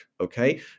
Okay